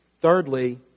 Thirdly